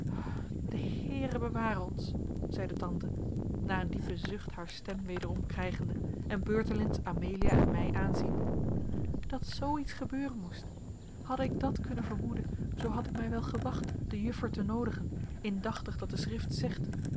de heere beware ons zeide tante na een diepe zucht haar stem wederom krijgende en beurtelings amelia en mij aanziende dat zoo iets gebeuren moest hadde ik dat kunnen vermoeden zoo bad ik mij wel gewacht de juffer te noodigen indachtig dat de schrift zegt